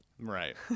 Right